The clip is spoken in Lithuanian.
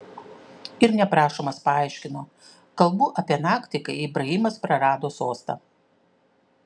ir neprašomas paaiškino kalbu apie naktį kai ibrahimas prarado sostą